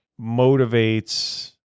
motivates